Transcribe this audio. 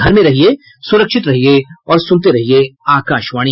घर में रहिये सुरक्षित रहिये और सुनते रहिये आकाशवाणी